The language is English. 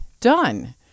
done